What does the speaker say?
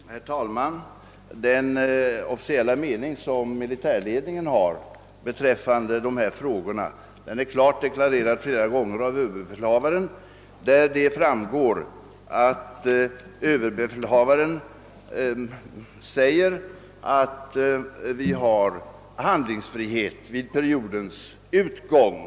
Herr talman! Den officiella mening som militärledningen har beträffande dessa frågor har flera gånger klart deklarerats av överbefälhavaren. Överbefälhavaren har därvid sagt att vi har handlingsfrihet vid periodens utgång.